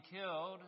killed